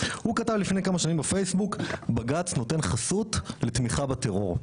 הוא כתב לפני כמה שנים בפייסבוק: בג"ץ נותן חסות לתמיכה בטרור,